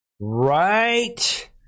Right